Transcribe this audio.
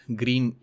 green